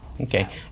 Okay